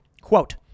Quote